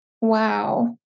Wow